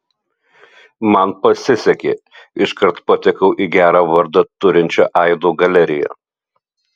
man pasisekė iškart patekau į gerą vardą turinčią aido galeriją